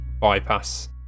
bypass